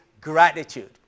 gratitude